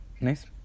Nice